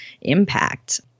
impact